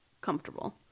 comfortable